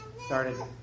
started